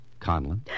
Conlon